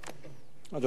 אדוני היושב-ראש,